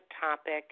topic